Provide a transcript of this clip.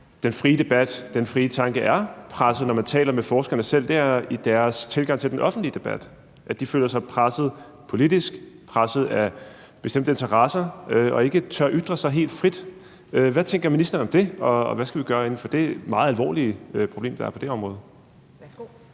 den frie debat og den frie tanke er presset, når man taler med forskerne selv. Det er i deres tilgang til den offentlige debat. De føler sig presset politisk og presset af bestemte interesser og tør ikke ytre sig helt frit. Hvad tænker ministeren om det, og hvad skal vi gøre ved det meget alvorlige problem, der er på det område?